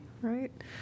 right